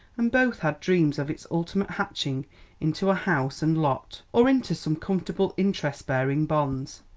and both had dreams of its ultimate hatching into a house and lot, or into some comfortable interest-bearing bonds.